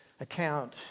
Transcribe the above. account